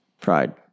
pride